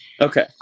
Okay